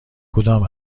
کدام